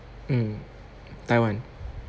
um taiwan